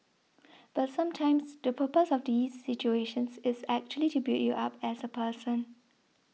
but sometimes the purpose of these situations is actually to build you up as a person